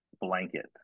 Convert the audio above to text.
blanket